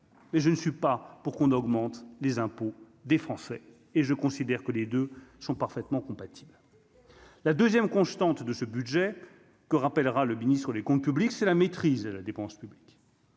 et je ne suis pas pour qu'on augmente les impôts des Français et je considère que les deux sont parfaitement compatibles la 2ème constante de ce budget que rappellera le ministre-les comptes publics, c'est la maîtrise de la dépense publique.